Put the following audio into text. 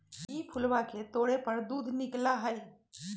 ई फूलवा के तोड़े पर दूध निकला हई